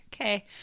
Okay